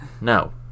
No